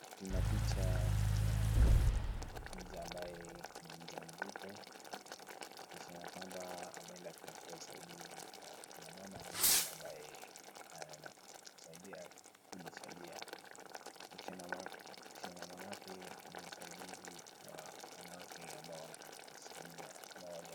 Tuna picha ya mtu ambaye ni mjamzito ni ishara kwamba ameenda kutafuta usaidizi. Kuna mama huyu ambaye anaenda kusaidia kujisaidia kisha maanake ni msaidizi wa wanawake ambao wanataka kujisaidia.